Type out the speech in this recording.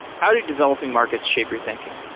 how did developing markets shape your thinking?